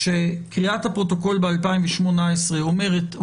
כשקריאת הפרוטוקול ב-2018 אומרת,